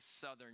Southern